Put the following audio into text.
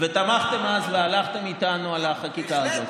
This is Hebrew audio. תמכתם אז והלכתם איתנו על החקיקה הזאת.